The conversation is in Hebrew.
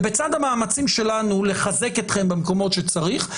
ובצד המאמצים שלנו לחזק אתכם במקומות שצריך,